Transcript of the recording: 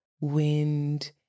wind